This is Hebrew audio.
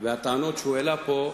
הטענות שהוא העלה פה,